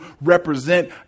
represent